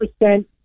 percent